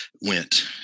went